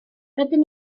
rydyn